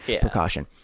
precaution